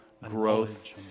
growth